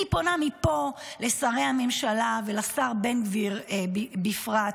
אני פונה מפה לשרי הממשלה ולשר בן גביר בפרט.